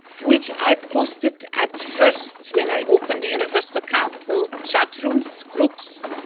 which i posted at first when i opened the universal council chat-rooms, groups,